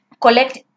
collect